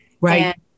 Right